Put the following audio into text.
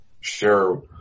sure